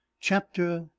Chapter